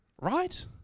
Right